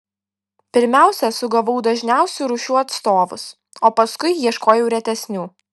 pirmiausia sugavau dažniausių rūšių atstovus o paskui ieškojau retesnių